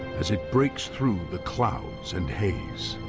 as it breaks through the clouds and haze.